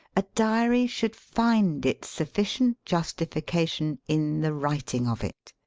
a diary should find its sufficient justificar tion in the writing of it.